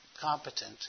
competent